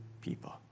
people